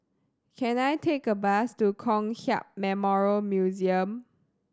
can I take a bus to Kong Hiap Memorial Museum